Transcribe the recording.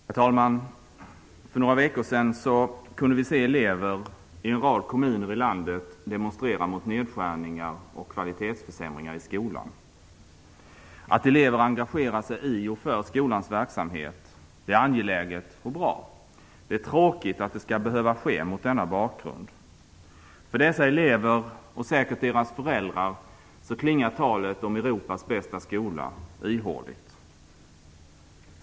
Herr talman! För några veckor sedan kunde vi se elever i en rad kommuner i landet demonstrera mot nedskärningar och kvalitetsförsämringar i skolan. Att elever engagerar sig i och för skolans verksamhet är angeläget och bra. Det är tråkigt att det skall behöva ske mot denna bakgrund. För dessa elever och säkert deras föräldrar klingar talet om Europas bästa skola ihåligt.